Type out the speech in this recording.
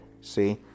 See